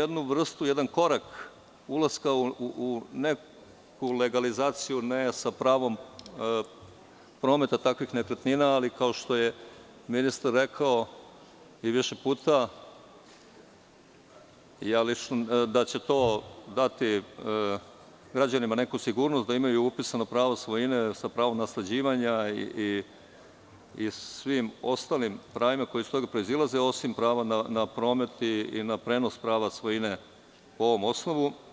jednu vrstu, jedan korak ka ulasku u neku legalizaciju, ne sa pravom prometa takvih nekretnina, ali kao što je ministar rekao više puta, da će to dati građanima neku sigurnost, da imaju upisano pravo svojine sa pravom nasleđivanja i svim ostalim pravima koja iz toga proizilaze, osim prava na promet i na prenos prava svojine po ovom osnovu.